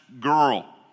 girl